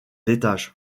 l’étage